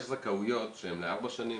יש זכאויות שהן לארבע שנים,